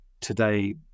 today